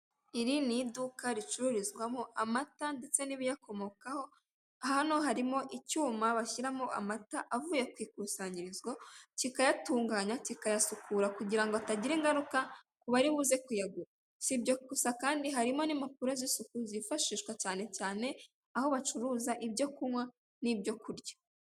Iri ni iduka ricururizwamo amata ndetse n'ibiyakomokaho, hano harimo icyuma bashyiramo amata avuye ku ikusanyirizo kikayatunganya, kikayasukura kugira ngo atagira ingaruka ku bari buze kuyagura, si ibyo gusa kandi harimo n'impapuro z'isuku zifashishwa cyane cyane aho bacuruza ibyo kunywa n'ibyo kurya.